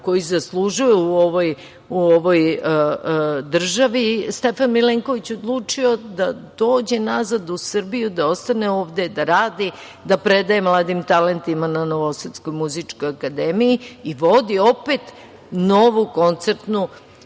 koji zaslužuje u ovoj državi, Stefan Milenković je odlučio da dođe nazad u Srbiju, da ostane ovde, da radi, da predaje mladim talentima na Novosadskoj muzičkoj akademiji i vodi opet novu koncertnu